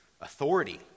authority